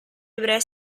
ebrei